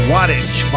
Wattage